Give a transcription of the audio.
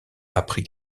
après